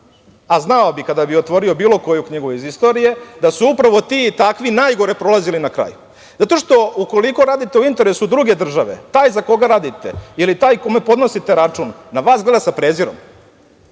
a znao bi kada bi otvorio bilo koju knjigu iz istorije, da su upravo ti i takvi najgore prolazili na kraju. Jer, ukoliko radite u interesu druge države, taj za koga radite ili taj kome podnosite račun na vas gleda sa prezirom.